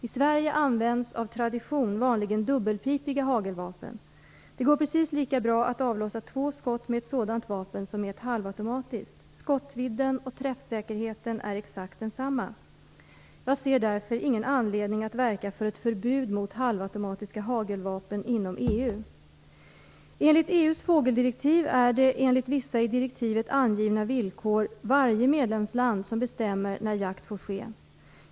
I Sverige används av tradition vanligen dubbelpipiga hagelvapen. Det går precis lika bra att avlossa två skott med ett sådant vapen som med ett halvautomatiskt. Skottvidden och träffsäkerheten är exakt densamma. Jag ser därför ingen anledning att verka för ett förbud mot halvautomatiska hagelvapen inom EU. Enligt EU:s fågeldirektiv är det enligt vissa i direktivet angivna villkor varje medlemsland som bestämmer när jakt får ske.